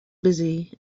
busy